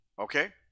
Okay